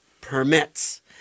permits